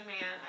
man